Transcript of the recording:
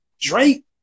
Drake